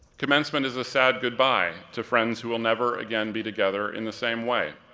commencement is a sad goodbye to friends who will never again be together in the same way.